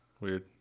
weird